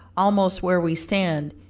almost where we stand,